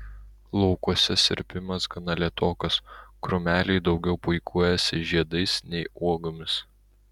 laukuose sirpimas gana lėtokas krūmeliai daugiau puikuojasi žiedais nei uogomis